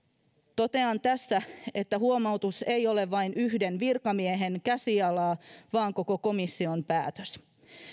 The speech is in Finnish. totean tässä että huomautus ei ole vain yhden virkamiehen käsialaa vaan koko komission päätös